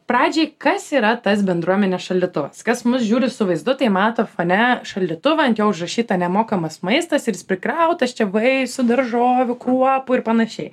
pradžiai kas yra tas bendruomenės šaldytuvas kas mus žiūri su vaizdu tai mato fone šaldytuvą ant jo užrašyta nemokamas maistas ir jis prikrautas čia vaisių daržovių kruopų ir panašiai